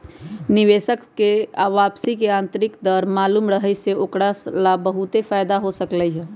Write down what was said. निवेशक स के वापसी के आंतरिक दर मालूम रहे से ओकरा स ला बहुते फाएदा हो सकलई ह